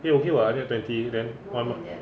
eh okay [what] hundred twenty then one